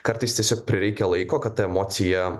kartais tiesiog prireikia laiko kad ta emocija